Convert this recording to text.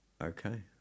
Okay